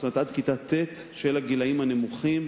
זאת אומרת עד כיתה ט' של הגילאים הנמוכים,